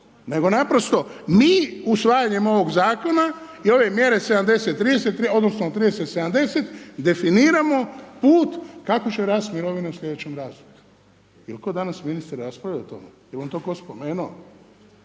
nego naprosto mi usvajanjem ovog Zakona i ove mjere 70-30 odnosno 30-70, definiramo put kako će rast mirovine u sljedećem razdoblju. Jel tko danas ministre, raspravljao o tome? Jel vam to tko spomenuo?